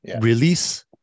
release